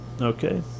Okay